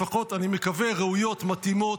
לפחות, אני מקווה, ראויות, מתאימות,